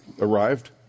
arrived